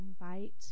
invite